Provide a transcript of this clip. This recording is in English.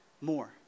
more